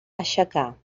aixecar